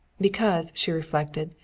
because, she reflected,